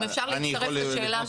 אם אפשר להצטרף לשאלה שלו.